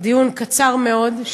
דיון קצר מאוד,